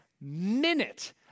minute